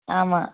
ஆமாம்